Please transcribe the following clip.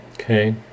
Okay